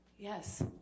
Yes